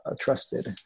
trusted